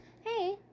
Hey